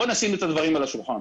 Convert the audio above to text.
בואו נשים את הדברים על השולחן: